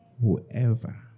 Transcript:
whoever